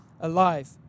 alive